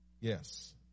Yes